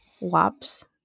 WAPS